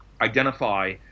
identify